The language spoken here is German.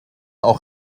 auch